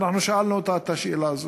ואנחנו שאלנו אותה את השאלה הזאת.